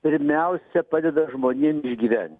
pirmiausia padeda žmonėm išgyvent